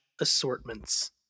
assortments